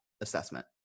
assessment